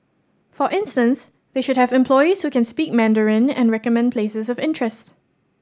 for instance they should have employees who can speak Mandarin and recommend places of interest